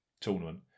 tournament